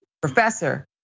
professor